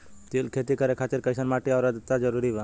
तिल के खेती करे खातिर कइसन माटी आउर आद्रता जरूरी बा?